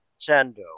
Sando